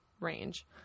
Range